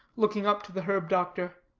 looking up to the herb-doctor.